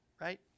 Right